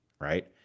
right